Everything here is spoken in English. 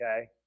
okay